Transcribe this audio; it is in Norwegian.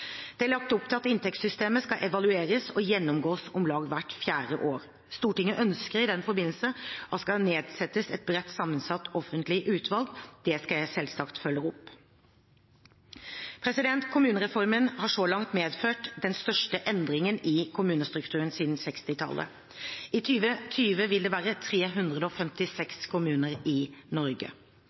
Det er lagt opp til at inntektssystemet skal evalueres og gjennomgås om lag hvert fjerde år. Stortinget ønsker i den forbindelse at det skal nedsettes et bredt sammensatt offentlig utvalg. Det skal jeg selvsagt følge opp. Kommunereformen har så langt medført den største endringen i kommunestrukturen siden 1960-tallet. I 2020 vil det være 356 kommuner i Norge.